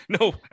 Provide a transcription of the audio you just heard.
No